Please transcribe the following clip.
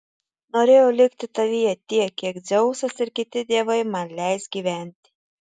norėjau likti tavyje tiek kiek dzeusas ir kiti dievai man leis gyventi